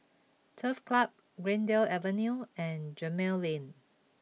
Turf Club Greendale Avenue and Gemmill Lane